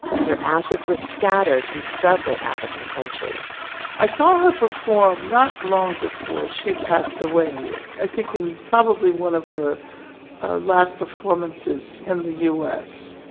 at her ashes were scattered in several african countries i saw her perform not long before she passed away i think i'm probably one of her last performances in the u s.